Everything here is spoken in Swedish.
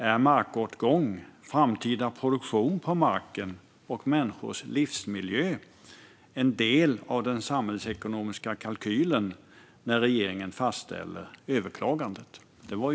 Är markåtgång, framtida produktion på marken och människors livsmiljö en del av den samhällsekonomiska kalkylen när regeringen fastställer överklagandet?"